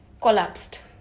collapsed